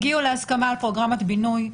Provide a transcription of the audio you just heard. הגיעו להסכמה על פרוגרמת בינוי.